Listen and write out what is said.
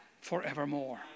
forevermore